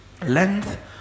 length